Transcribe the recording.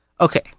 Okay